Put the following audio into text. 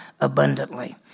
abundantly